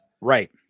right